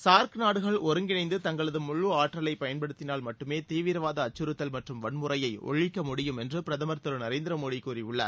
SAARC நாடுகள் ஒருங்கிணைந்து தங்களது ஆற்றலையயன்படுத்தினால் ழு மட்டுமேதீவிரவாதஅச்சுறுத்தல் மற்றம் வன்முறையைஒழிக்க முடியும் என்றுபிரதமர் திருநரேந்திரமோடிகூறியுள்ளார்